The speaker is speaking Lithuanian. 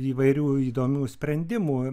įvairių įdomių sprendimų